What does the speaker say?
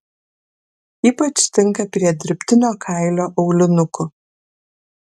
ypač tinka prie dirbtinio kailio aulinukų